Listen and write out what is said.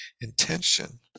intention